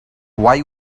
why